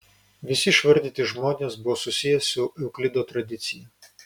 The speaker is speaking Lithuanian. visi išvardyti žmonės buvo susiję su euklido tradicija